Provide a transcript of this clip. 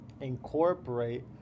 incorporate